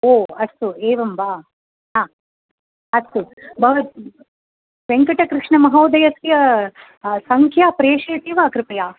ओ अस्तु एवं वा हा अस्तु भवत् वेङ्कटकृष्णमहोदयस्य सङ्ख्यां पेषयति वा कृपया